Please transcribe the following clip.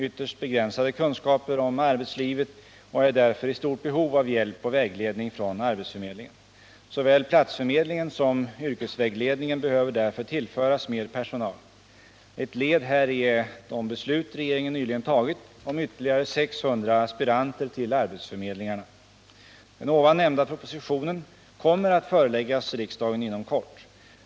ytterst begränsade kunskaper om arbetslivet och är därför i stort behov av hjälp och vägledning från arbetsförmedlingen. Såväl platsförmedlingen som yrkesvägledningen behöver därför tillföras mer personal. Ett led häri är de beslut regeringen nyligen tagit om ytterligare 600 aspiranter till arbetsförmedlingarna. Den nämnda propositionen kommer att föreläggas riksdagen inom kort.